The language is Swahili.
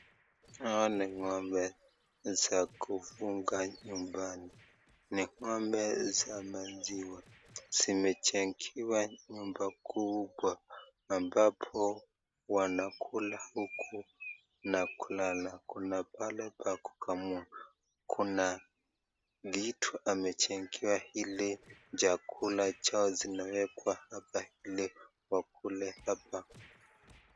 Hawa ni ng'ombe za kufuga nyumbani. Ni ng'ombe za maziwa. Zimejengewa nyumba kubwa ambapo wanakula huku na kulala. Kuna pale pa kukamua. Kuna vitu amejengewa ili chakula chao zimewekwa apa ili wakule hapa.